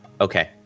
Okay